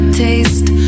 taste